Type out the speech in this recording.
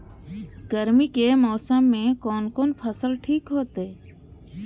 गर्मी के मौसम में कोन कोन फसल ठीक होते?